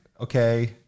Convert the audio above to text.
okay